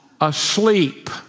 asleep